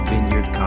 Vineyard